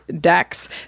decks